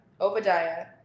Obadiah